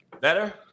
Better